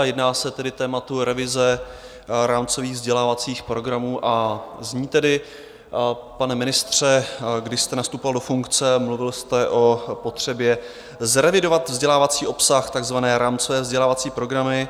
Jedná se o téma revize rámcových vzdělávacích programů a zní: Pane ministře, když jste nastupoval do funkce, mluvil jste o potřebě zrevidovat vzdělávací obsah, takzvané rámcové vzdělávací programy.